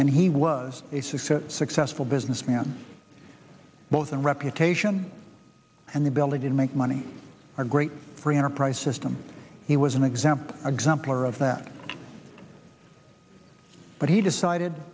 and he was a success a successful businessman both in reputation and ability to make money our great free enterprise system he was an example of exemplary of that but he decided